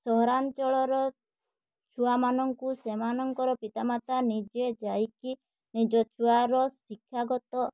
ସହରାଞ୍ଚଳର ଛୁଆମାନଙ୍କୁ ସେମାନଙ୍କର ପିତା ମାତା ନିଜେ ଯାଇକି ନିଜ ଛୁଆର ଶିକ୍ଷାଗତ